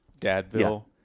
Dadville